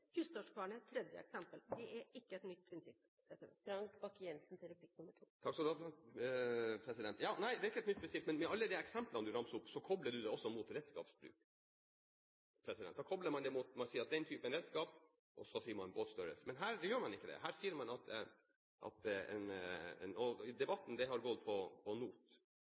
er et tredje eksempel. Dette er ikke et nytt prinsipp. Nei, dette er ikke et nytt prinsipp, men i de eksemplene du ramset opp, kobler du det også mot redskapsbruk – man sier den type redskap, og så sier man båtstørrelsen. Men her gjør man ikke det. Debatten her har fortrinnsvis gått på not, og her sier man at en båt på over 15 meter med en not ikke skal få lov å fiske innenfor fjordlinja, mens en båt på 14,5 meter med en not